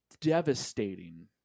devastating